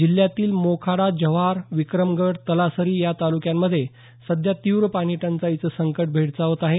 जिल्ह्यातील मोखाडा जव्हार विक्रमगड तलासरी या तालुक्यांमध्ये सध्या तीव्र पाणी टंचाईचं संकट भेडसावत आहे